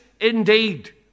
indeed